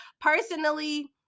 personally